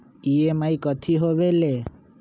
EMI कथी होवेले?